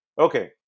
Okay